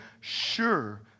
sure